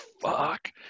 Fuck